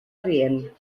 rient